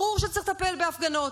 ברור שצריך לטפל בהפגנות,